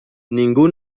ningú